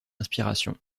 inspiration